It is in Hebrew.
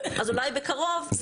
אז אולי בקרוב יהיה קצין בירור.